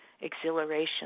exhilaration